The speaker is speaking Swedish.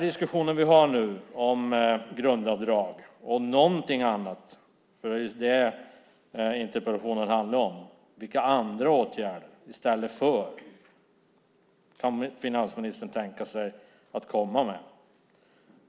Diskussionen nu gäller alltså grundavdrag och ytterligare något annat, och just därför undrar jag vilka andra åtgärder finansministern kan tänka sig att vidta i stället.